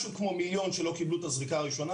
משהו כמו מיליון שלא קיבלו את הזריקה הראשון,